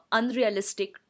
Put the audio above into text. unrealistic